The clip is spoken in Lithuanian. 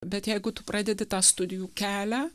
bet jeigu tu pradedi tą studijų kelią